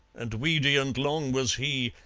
and weedy and long was he,